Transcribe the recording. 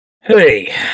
Hey